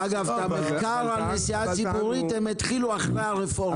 את המחקר על הנסיעה בתחבורה הציבורית הם התחילו לעשות אחרי הרפורמה.